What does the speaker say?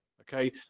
Okay